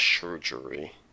surgery